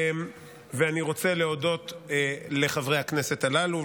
ואני רוצה להודות לחברי הכנסת הללו,